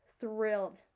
thrilled